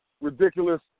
ridiculous